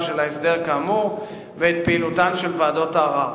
של ההסדר כאמור ואת פעילותן של ועדות הערר.